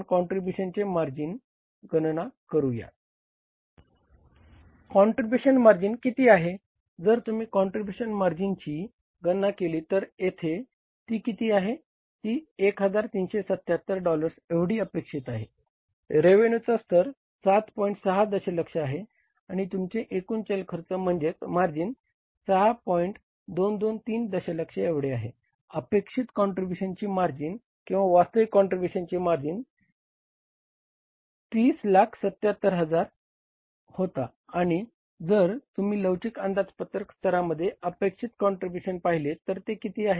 contribution margin किंवा वास्तविक contribution margin 3077000 होता आणि जर तुम्ही लवचिक अंदाजपत्रक स्तरामध्ये अपेक्षित काँट्रीब्युशन पाहिले तर ते किती आहे